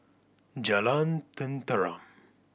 Jalan Tenteram